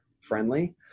friendly